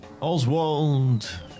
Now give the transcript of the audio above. Oswald